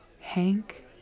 Hank